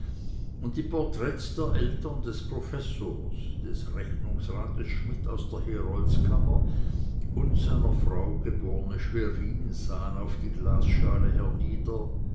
und die porträts der eltern des professors des rechnungsrats schmidt aus der heroldskammer und seiner frau geb schwerin sahen auf die glasschale hernieder